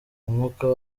umwuka